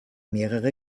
mehrere